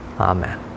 Amen